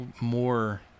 more